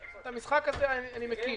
את המשחק הזה אני מכיר,